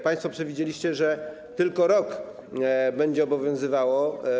Państwo przewidzieliście, że tylko rok będzie to obowiązywało.